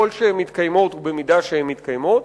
ככל שהן מתקיימות ובמידה שהן מתקיימות,